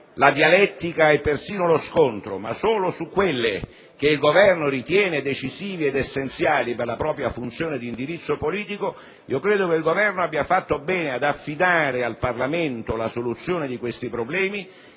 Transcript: la dialettica e perfino lo scontro, ma solo su quelle che il Governo ritiene decisive ed essenziali per la propria funzione di indirizzo politico. Credo che il Governo abbia quindi fatto bene ad affidare al Parlamento la soluzione di questi problemi,